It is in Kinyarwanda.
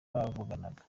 bavuganaga